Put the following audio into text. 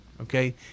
okay